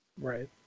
Right